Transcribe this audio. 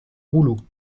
rouleau